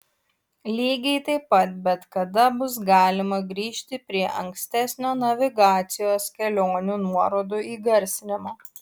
lygiai taip pat bet kada bus galima grįžti prie ankstesnio navigacijos kelionių nuorodų įgarsinimo